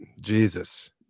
jesus